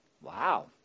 Wow